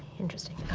interesting,